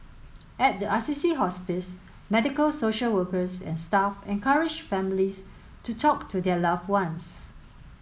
at the Assisi Hospice medical social workers and staff encourage families to talk to their loved ones